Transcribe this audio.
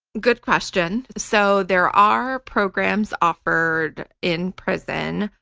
good question. so there are programs offered in prison.